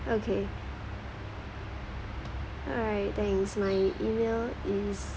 okay alright thanks my email is